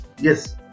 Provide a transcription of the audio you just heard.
Yes